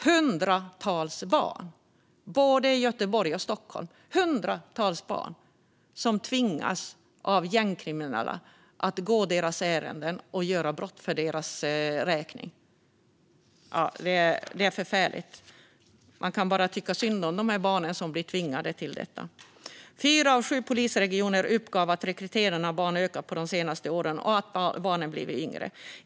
Hundratals barn i både Göteborg och Stockholm tvingas av gängkriminella att gå deras ärenden och begå brott för deras räkning. Det är förfärligt. Man kan bara tycka synd om de barn som tvingas till detta. Fyra av sju polisregioner uppgav att rekryteringen av barn har ökat de senaste åren och att barnen blivit yngre.